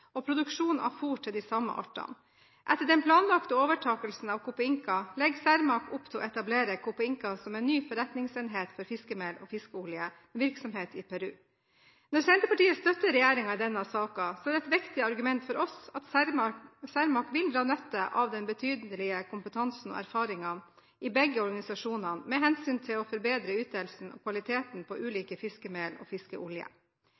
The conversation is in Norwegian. og produksjon av fôr til de samme artene. Etter den planlagte overtakelsen av Copeinca legger Cermaq opp til å etablere Copeinca som en ny forretningsenhet for fiskemel og fiskeolje, med virksomhet i Peru. Når Senterpartiet støtter regjeringen i denne saken, er et viktig argument for oss at Cermaq vil dra nytte av den betydelige kompetansen og erfaringen i begge organisasjonene med hensyn til å forbedre ytelsen og kvaliteten på